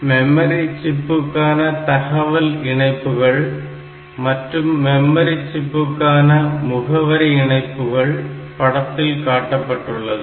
memory சிப்புக்கான தகவல் இணைப்புகள் மற்றும் மெமரி சிப்புக்கான முகவரி இணைப்புகள் படத்தில் காட்டப்பட்டுள்ளது